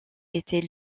était